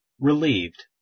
Relieved